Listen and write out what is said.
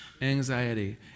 anxiety